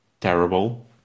terrible